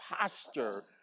posture